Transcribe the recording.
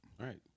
Right